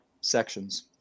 sections